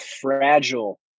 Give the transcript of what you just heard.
fragile